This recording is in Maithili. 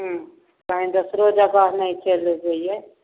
हूँ तहन दोसरो जगह नहि चलि जैयै